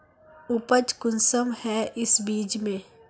उपज कुंसम है इस बीज में?